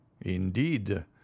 indeed